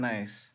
Nice